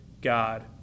God